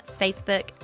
Facebook